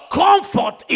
comfort